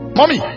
Mommy